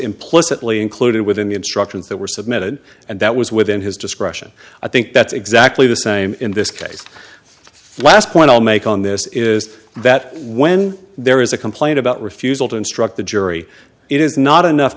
implicitly included within the instructions that were submitted and that was within his discretion i think that's exactly the same in this case last point i'll make on this is that when there is a complaint about refusal to instruct the jury it is not enough